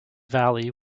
valley